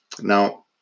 Now